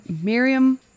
Miriam